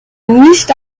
nicht